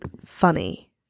funny